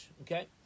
Okay